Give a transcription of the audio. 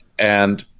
and